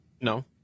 No